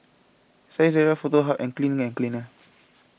Saizeriya Foto Hub and Clean and cleaner